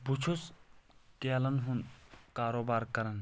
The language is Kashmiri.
بہٕ چھُس کیلن ہُنٛد کاروبار کران